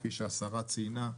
כפי שהשרה ציינה,